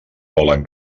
volen